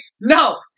no